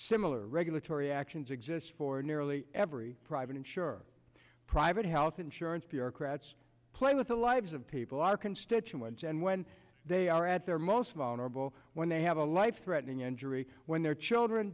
similar regulatory actions exist for nearly every private insured private health insurance bureaucrats playing with the lives of people are constituents and when they are at their most vulnerable when they have a life threatening injury when their children